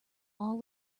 all